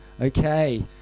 okay